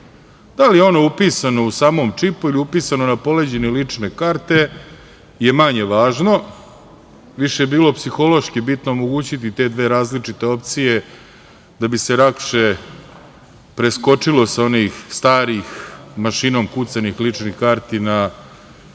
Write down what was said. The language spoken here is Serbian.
Da li je ono upisano u samom čipu ili je upisano na poleđini lične karte je manje važno, više je bilo psihološki bitno omogućiti te dve različite opcije da bi se lakše preskočilo sa onih starih mašinom kucanih ličnih karti na